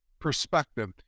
perspective